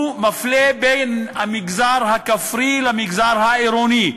הוא מפלה בין המגזר הכפרי למגזר העירוני,